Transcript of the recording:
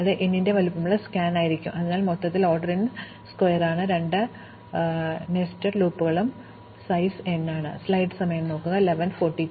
അതിനാൽ അത് n വലുപ്പത്തിന്റെ സ്കാൻ ആയിരിക്കും അതിനാൽ മൊത്തത്തിൽ ഇത് ഓർഡർ n സ്ക്വയറാണ് ഈ രണ്ട് നെസ്റ്റഡ് ലൂപ്പുകളും വലുപ്പം n ആണ്